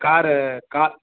car கா